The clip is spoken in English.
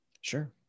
sure